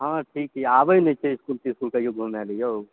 हँ ठीक छै आबै नहि छी इसकुल तिसकुल कहियो घुमैले यौ